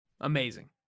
amazing